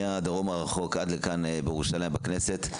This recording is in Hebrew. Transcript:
מהדרום הרחוק עד לכאן בירושלים בכנסת.